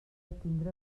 tindre